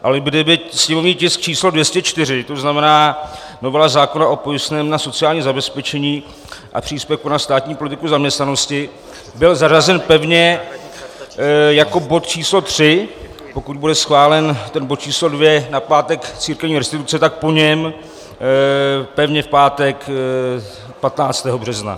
Ale kdyby sněmovní tisk č. 204, to znamená novela zákona o pojistném na sociální zabezpečení a příspěvku na státní politiku zaměstnanosti, byl zařazen pevně jako bod č. 3, pokud bude schválen ten bod č. 2 na pátek, církevní restituce, tak po něm pevně v pátek 15. března.